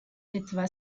etwa